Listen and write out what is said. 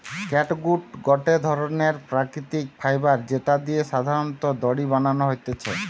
catgut গটে ধরণের প্রাকৃতিক ফাইবার যেটা দিয়ে সাধারণত দড়ি বানানো হতিছে